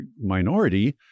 minority